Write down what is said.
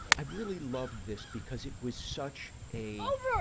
i really loved this because it was such a